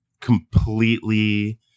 completely